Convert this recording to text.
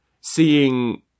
seeing